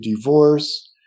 divorce